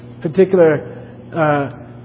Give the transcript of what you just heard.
particular